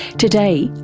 today,